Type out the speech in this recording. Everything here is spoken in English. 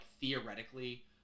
theoretically